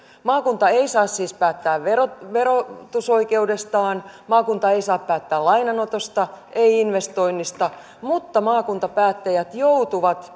maakunta ei saa siis päättää verotusoikeudestaan maakunta ei saa päättää lainanotosta ei investoinneista mutta maakuntapäättäjät joutuvat